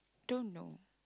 don't know